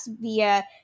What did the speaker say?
via